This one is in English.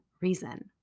reason